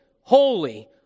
holy